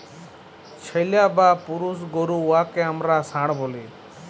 ছেইল্যা বা পুরুষ গরু উয়াকে আমরা ষাঁড় ব্যলি